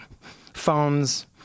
phones